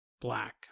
black